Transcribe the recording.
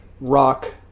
rock